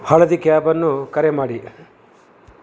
ಹಳದಿ ಕ್ಯಾಬನ್ನು ಕರೆ ಮಾಡಿ